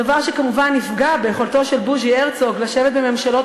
דבר שכמובן יפגע ביכולתו של בוז'י הרצוג לשבת בממשלות